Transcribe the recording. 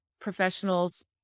professionals